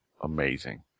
amazing